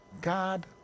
God